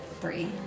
Three